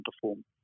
perform